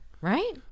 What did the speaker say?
Right